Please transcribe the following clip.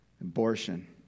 Abortion